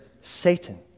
Satan